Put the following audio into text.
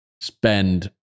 spend